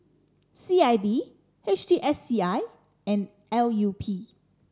C I D H T S C I and L U P